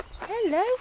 Hello